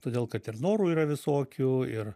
todėl kad ir norų yra visokių ir